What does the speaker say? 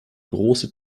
große